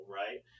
right